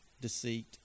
deceit